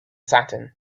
satin